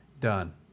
...done